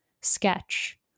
sketch